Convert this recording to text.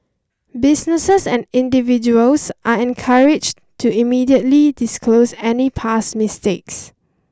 businesses and individuals are encouraged to immediately disclose any past mistakes